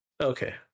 Okay